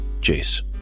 Jace